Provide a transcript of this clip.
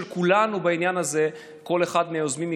כולנו בעניין הזה כל אחד מהיוזמים יקבל,